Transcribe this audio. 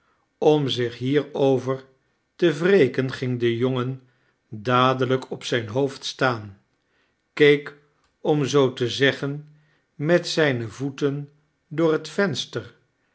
om zich hierover te wreken ging de jongen dadelijk op zijn hoofd staan keek om zoo te zeggen met zijne voeten door het venster